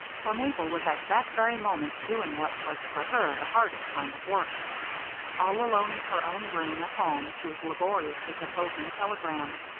for mabel was at that very moment doing what was for her the hardest kind of work all alone in her own room at home she was laboriously composing a telegram.